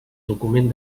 document